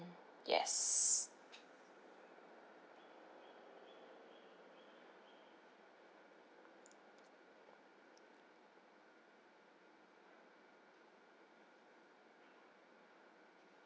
yes